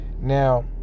Now